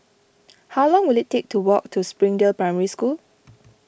how long will it take to walk to Springdale Primary School